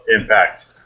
Impact